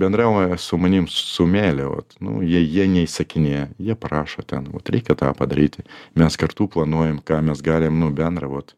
bendrauja su manim su meile vot nu jie jie neįsakinėja jie prašo ten vot reikia tą padaryti mes kartu planuojam ką mes galim nu bendrą vot